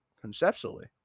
conceptually